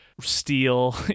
steel